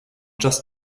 just